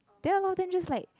then a lot of them just like